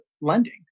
lending